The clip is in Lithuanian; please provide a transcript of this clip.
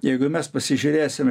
jeigu mes pasižiūrėsim